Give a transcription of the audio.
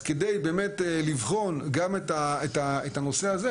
אז כדי באמת לבחון גם את הנושא הזה,